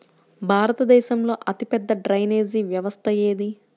భారతదేశంలో అతిపెద్ద డ్రైనేజీ వ్యవస్థ ఏది?